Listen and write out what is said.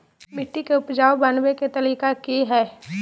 मिट्टी के उपजाऊ बनबे के तरिका की हेय?